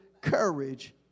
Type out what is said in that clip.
courage